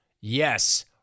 Yes